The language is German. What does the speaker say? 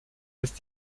ist